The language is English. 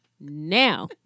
Now